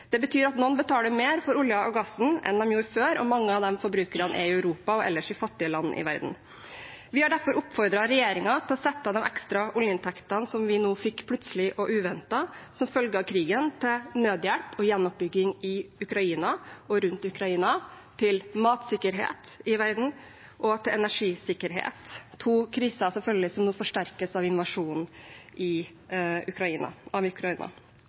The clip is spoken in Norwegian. Det betyr at noen betaler mer for oljen og gassen enn de gjorde før, og mange av de forbrukerne er i Europa og ellers i fattige land i verden. Vi har derfor oppfordret regjeringen til å sette av de ekstra oljeinntektene vi nå fikk plutselig og uventet som følge av krigen, til nødhjelp og gjenoppbygging i Ukraina og rundt Ukraina, og til matsikkerhet i verden og til energisikkerhet – to kriser som nå selvfølgelig forsterkes av invasjonen av Ukraina.